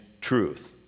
truth